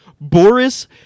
boris